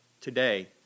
today